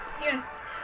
Yes